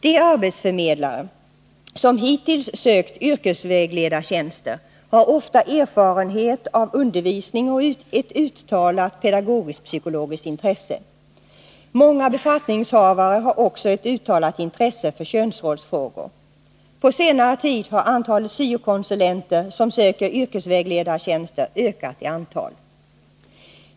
De arbetsförmedlare som hittills sökt yrkesvägledartjänster har ofta erfarenhet av undervisning och ett uttalat pedagogiskt-psykologiskt intresse. Många befattningshavare har också ett uttalat intresse för könsrollsfrågor. På senare tid har antalet syokonsulenter som söker yrkesvägledartjänster ökat i antal.